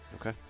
okay